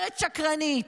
גברת שקרנית,